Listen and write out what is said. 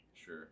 sure